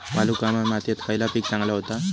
वालुकामय मातयेत खयला पीक चांगला होता?